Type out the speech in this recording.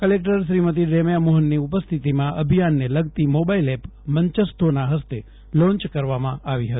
collector Shrimati Remya મોહનની ઉપસ્થિતિમાં અભિયાનને લગતી મોબાઈલ એપ મંચસ્થોના હસ્તે લોન્ચ કરવામાં આવી હતી